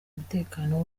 umutekano